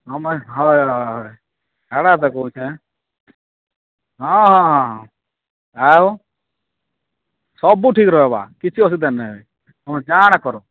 ହଁ ମା' ହଏ ହଏ ହଏ ହେଟା ତ କହୁଛେ ହଁ ହଁ ହଁ ହଁ ଆଉ ସବୁ ଠିକ ରହେବା କିଛି ଅସୁବିଧା ନାଇଁ ହୁଏ ତୁମେ କାଣା କର